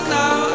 now